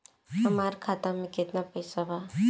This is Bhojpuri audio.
हमार खाता में केतना पैसा बा?